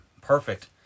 Perfect